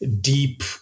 deep